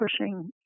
pushing